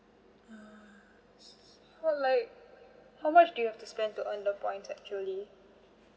ah so like how much do you have to spend to earn the points actually